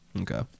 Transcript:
okay